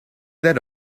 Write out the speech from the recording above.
that